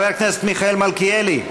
חבר הכנסת מיכאל מלכיאלי,